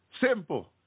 Simple